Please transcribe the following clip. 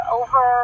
over